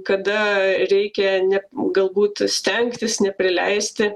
kada reikia ne galbūt stengtis neprileisti